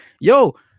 Yo